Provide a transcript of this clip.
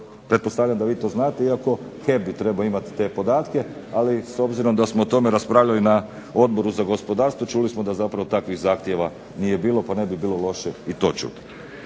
Pretpostavljam da vi to znate iako HEP bi trebao imati te podatke. Ali s obzirom da smo o tome raspravljali na Odboru za gospodarstvu čuli smo da zapravo takvih zahtjeva nije bilo pa ne bi bilo loše i to čuti.